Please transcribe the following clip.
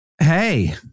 Hey